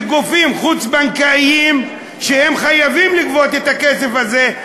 וגופים חוץ-בנקאיים שחייבים לגבות את הכסף הזה,